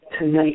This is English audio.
tonight